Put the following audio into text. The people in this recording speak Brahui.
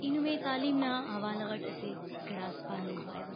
ای نمے تعلیم نا حوالہ غٹ اسہ گڑاس پاننگ خواہوہ۔